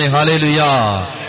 Hallelujah